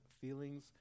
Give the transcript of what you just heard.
feelings